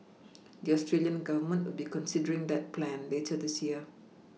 the Australian Government will be considering that plan later this year